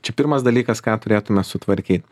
čia pirmas dalykas ką turėtume sutvarkyt